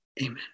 Amen